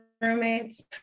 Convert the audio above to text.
roommates